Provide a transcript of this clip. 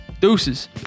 Deuces